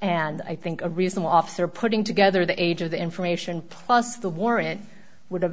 and i think a reasonable officer putting together the age of the information plus the warrant would have